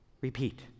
repeat